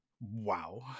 wow